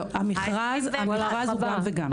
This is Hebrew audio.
המכרז הוא גם וגם.